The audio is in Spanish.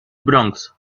bronx